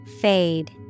Fade